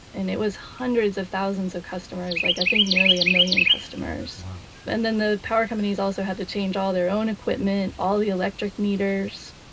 and it was hundreds of thousands of customers. like i think nearly a million customers. wow and then the power companies also had to change all their own equipment, all the electric meters.